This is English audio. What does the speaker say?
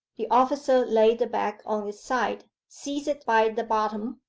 the officer laid the bag on its side, seized it by the bottom,